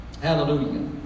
Hallelujah